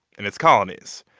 in its colonies.